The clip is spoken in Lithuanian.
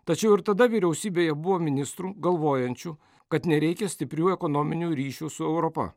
tačiau ir tada vyriausybėje buvo ministrų galvojančių kad nereikia stiprių ekonominių ryšių su europa